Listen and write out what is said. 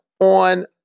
on